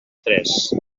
tres